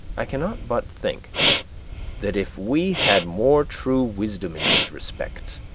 i cannot but think that if we had more true wisdom in these respects,